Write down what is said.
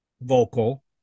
vocal